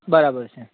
બરાબર છે